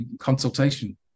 consultation